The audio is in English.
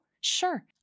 sure